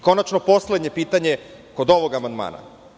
Konačno poslednje pitanje kod ovog amandmana.